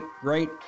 great